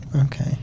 okay